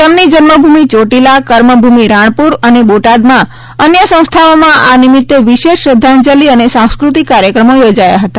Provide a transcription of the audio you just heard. તેમની જન્મભૂમિ ચોટિલા કર્મભૂમિ રાણપુર તથા બોટાદમાં અન્ય સંસ્થાઓમાં આ નિમિત્તે વિશેષ શ્રદ્ધાંજલિ અને સાંસ્કૃતિક કાર્યક્રમો યોજાયા હતા